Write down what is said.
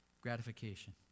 gratification